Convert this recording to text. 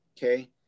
Okay